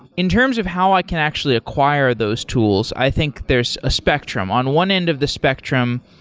in terms of how i can actually acquire those tools, i think there's a spectrum on one end of the spectrum,